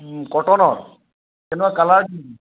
কটনৰ কালাৰ কি